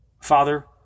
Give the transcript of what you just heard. Father